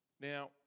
Now